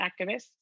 activists